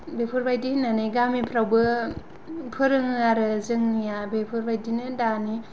बेफोरबायदि होननानै गामिफ्रावबो फोरोङो आरो जोंनिया बेफोरबायदिनो दानि